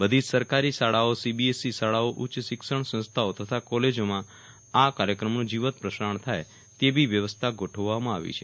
બધી જ સરકારી શાળાઓ સીબીએસઈ શાળાઓ ઉચ્ચ શિક્ષણ સંસ્થાઓ તથા કોલેજોમાં આ કાર્યક્રમનું જીવંત પ્રસારણ થાય તેવી વ્યવસ્થા ગોઠવવામાં આવી છે